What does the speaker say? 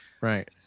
right